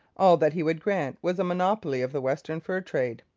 all that he would grant was a monopoly of the western fur trade.